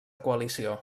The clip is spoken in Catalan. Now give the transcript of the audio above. coalició